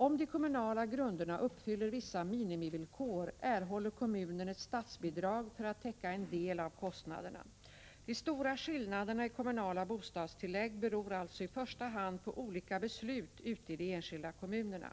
Om de kommunala grunderna uppfyller vissa minimivillkor erhåller kommunerna ett statsbidrag för att täcka en del av kostnaderna. De stora skillnaderna i kommunala bostadstillägg beror alltså i första hand på olika beslut ute i de enskilda kommunerna.